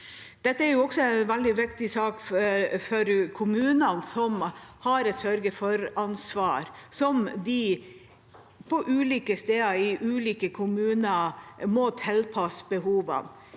Dette er også en veldig viktig sak for kommunene, som har et sørge-for-ansvar som de på ulike steder, i ulike kommuner, må tilpasse til behovene.